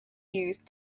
used